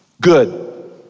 Good